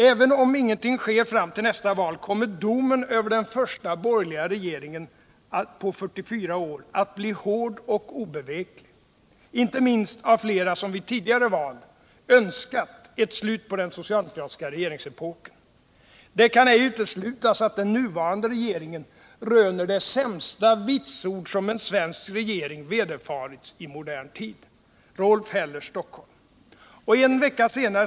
——-— Även om ingenting sker fram till nästa val, kommer domen över den första borgerliga regeringen på 44 år att bli hård och obeveklig, inte minst av flera som vid tidigare val önskat ett slut på den socialdemokratiska regeringsepoken. Det kan ej uteslutas, att den nuvarande regeringen röner det sämsta vitsord som en svensk regering vederfarits i modern tid.